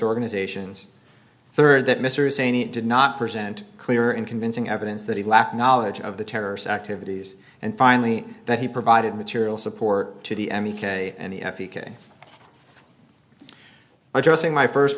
organizations third that mr hussein it did not present clear and convincing evidence that he lacked knowledge of the terrorist activities and finally that he provided material support to the m e k and the f e k addressing my first